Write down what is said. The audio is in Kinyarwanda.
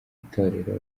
itorero